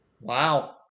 wow